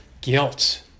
guilt